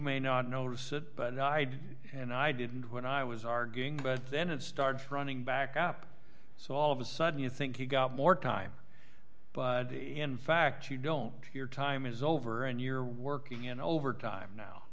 may not notice it but i did and i didn't when i was arguing but then it starts running back up so all of a sudden you think he got more time but in fact you don't hear time is over and you're working in overtime now